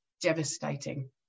devastating